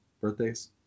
birthdays